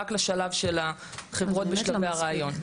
רק לשלב של החברות בשלבי הריאיון.